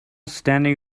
standing